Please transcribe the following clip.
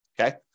okay